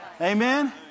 Amen